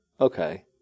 okay